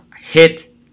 hit